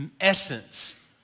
essence